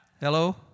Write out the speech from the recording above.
Hello